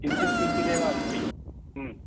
किञ्चित् किञ्चिदेव अस्ति